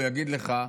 הוא יגיד לך,